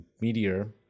meteor